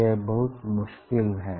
यह बहुत मुश्किल है